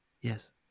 yes